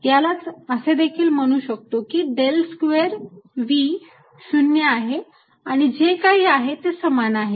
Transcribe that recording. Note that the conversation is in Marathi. यालाच असे देखील म्हणू शकतो की del square V 0 आहे आणि जे काही आहे ते समान आहे